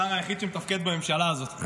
השר היחיד שמתפקד בממשלה הזאת.